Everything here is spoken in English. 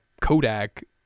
Kodak